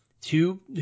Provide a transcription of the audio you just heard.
two